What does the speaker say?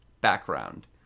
background